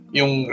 yung